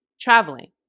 traveling